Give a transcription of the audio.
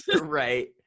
Right